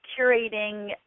curating